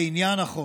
לעניין החוק.